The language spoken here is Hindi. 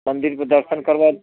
मंदिर पर दर्शन करवा